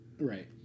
right